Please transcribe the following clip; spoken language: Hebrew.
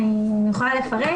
אני יכולה לפרט.